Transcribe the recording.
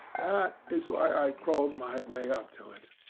that is why i crawled my way up to it.